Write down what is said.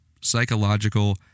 psychological